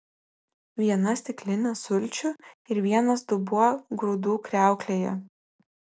viena stiklinė sulčių ir vienas dubuo grūdų kriauklėje